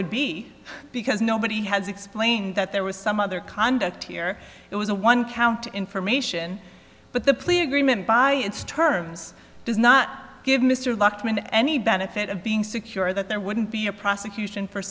would be because nobody has explained that there was some other conduct here it was a one count information but the plea agreement by its terms does not give mr lucked into any benefit of being secure that there wouldn't be a prosecution for